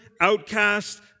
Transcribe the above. outcast